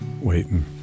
waiting